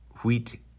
wheat